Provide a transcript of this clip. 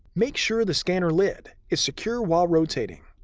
make sure the scanner lid is secure while rotating.